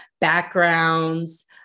backgrounds